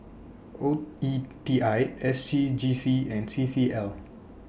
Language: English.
O E T I S C G C and C C L